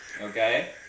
Okay